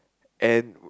and